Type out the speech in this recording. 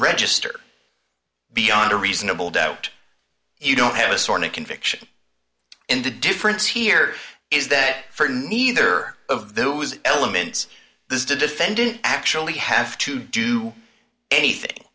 register beyond a reasonable doubt you don't have a sort of conviction in the difference here is that for neither of those elements this defendant actually have to do anything